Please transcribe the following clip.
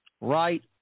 right